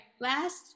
Last